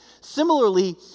Similarly